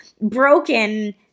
broken